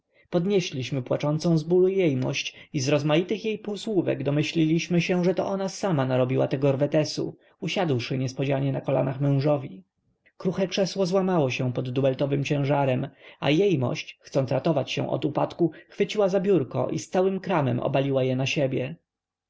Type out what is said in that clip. podnieśliśmy płaczącą z bólu jejmość i z rozmaitych jej półsłówek domyśliliśmy się że to ona sama narobiła tego rwetesu usiadłszy niespodzianie na kolanach mężowi kruche krzesło złamało się pod dubeltowym ciężarem a jejmość chcąc ratować się od upadku chwyciła za biurko i z całym kramem obaliła je na siebie